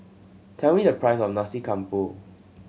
tell me the price of Nasi Campur